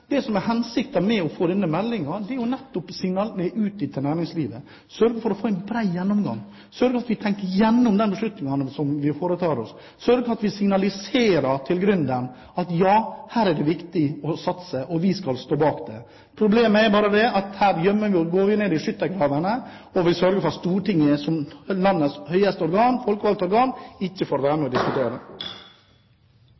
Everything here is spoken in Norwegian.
det som er hensikten med å få denne meldingen, er jo nettopp signalene ut til næringslivet – sørge for å få en bred gjennomgang, sørge for at vi tenker igjennom de beslutningene som vi foretar oss, sørge for at vi signaliserer til gründeren at ja, her er det viktig å satse, og vi skal stå bak det. Problemet er bare det at her går vi ned i skyttergravene, og vi sørger for at Stortinget, som landets høyeste folkevalgte organ, ikke får være